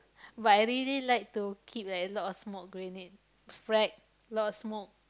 but I really like to keep like a lot of smoke grenade frag a lot of smoke